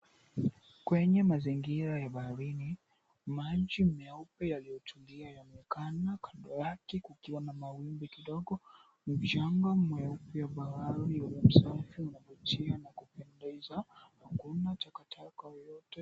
Kwenye mazingira ya baharini, maji meupe yaliyotulia yanaonekana kando yake, kukiwa na mawimbi kidogo. Mchanga mweupe wa bahari unavutia na kupendeza, hakuna takataka yoyote.